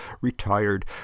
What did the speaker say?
Retired